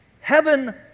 Heaven